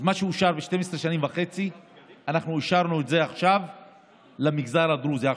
אז מה שאושר ב-12 שנים וחצי אנחנו אישרנו עכשיו למגזר הדרוזי,